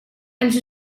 els